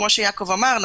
כפי שיעקב אמר,